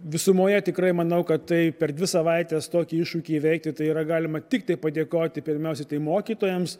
visumoje tikrai manau kad tai per dvi savaites tokį iššūkį įveikti tai yra galima tiktai padėkoti pirmiausia tai mokytojams